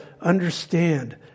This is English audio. understand